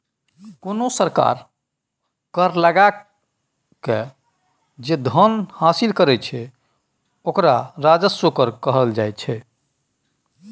कोनो सरकार कर लगाकए जे धन हासिल करैत छै ओकरा राजस्व कर कहल जाइत छै